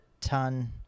ton